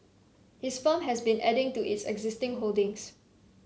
his firm has been adding to its existing holdings